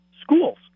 schools